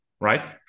right